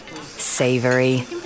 Savory